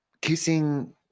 kissing